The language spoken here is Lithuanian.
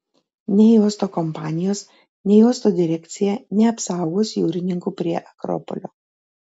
nei uosto kompanijos nei uosto direkcija neapsaugos jūrininkų prie akropolio